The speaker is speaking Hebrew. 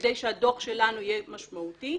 שכדי שהדוח שלנו יהיה משמעותי,